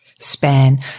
Span